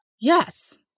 Yes